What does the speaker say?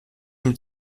mit